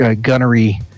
gunnery